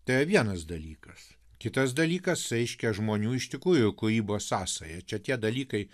tai yra vienas dalykas kitas dalykas reiškia žmonių iš tikrųjų kūrybos sąsaja čia tie dalykai